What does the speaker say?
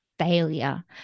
failure